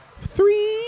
Three